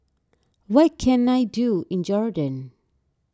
what can I do in Jordan